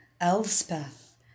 Elspeth